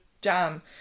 jam